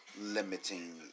limiting